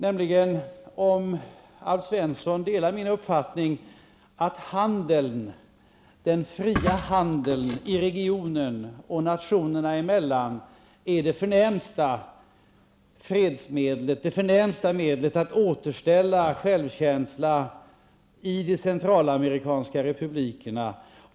Delar Alf Svensson min uppfattning att den fria handeln i regionen nationerna emellan är det förnämsta medlet att återställa självkänslan i de centralamerikanska republikerna?